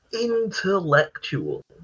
intellectual